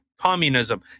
communism